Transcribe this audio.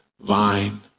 vine